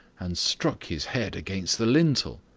and struck his head against the lintel.